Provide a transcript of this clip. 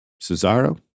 Cesaro